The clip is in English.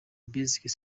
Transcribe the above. basic